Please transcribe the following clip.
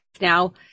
now